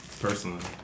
Personally